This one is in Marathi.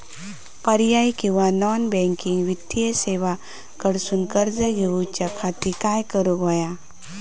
पर्यायी किंवा नॉन बँकिंग वित्तीय सेवा कडसून कर्ज घेऊच्या खाती काय करुक होया?